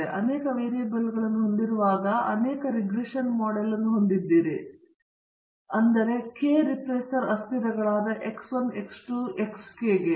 ಆದ್ದರಿಂದ ನೀವು ಅನೇಕ ವೇರಿಯಬಲ್ಗಳನ್ನು ಹೊಂದಿರುವಾಗ ನೀವು ಅನೇಕ ರಿಗ್ರೆಶನ್ ಮಾಡೆಲ್ ಅನ್ನು ಹೊಂದಿದ್ದೀರಿ ಆದರೆ ಕೆ ರೆಪ್ರೆಸರ್ ಅಸ್ಥಿರಗಳಾದ ಎಕ್ಸ್ 1 ಎಕ್ಸ್ 2 ಎಕ್ಸ್ ಕೆ ಗೆ